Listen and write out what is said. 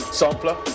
sampler